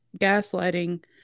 gaslighting